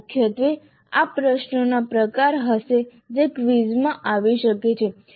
મુખ્યત્વે આ પ્રશ્નોના પ્રકાર હશે જે ક્વિઝમાં આવી શકે છે